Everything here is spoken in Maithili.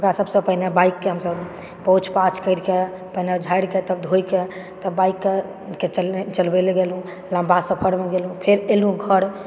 ओकरा सबसे पहिने बाइक के हमसब पोंछ पाछ करि के पहिने झारि के तब धो के तब बाइक के चल चलबे लए गेलहुॅं लम्बा सफ़रमे गेलहुॅं फेर एलहुॅं घर तब